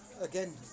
again